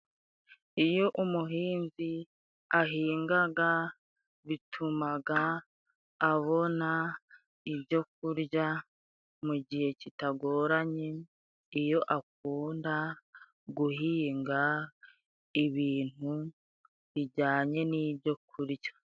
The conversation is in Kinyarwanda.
Iyo umuhinzi ahingaga bitumaga abona ibyo kurya mu gihe kitagoranye， iyo akunda guhinga ibintu bijyanye n'ibyo kurya．